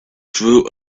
drew